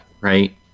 Right